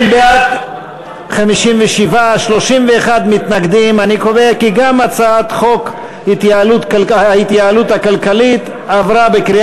ההצעה להעביר את הצעת חוק ההתייעלות הכלכלית (תיקוני